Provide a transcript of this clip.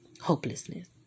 hopelessness